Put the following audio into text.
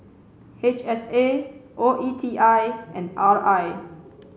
H S A O E T I and R I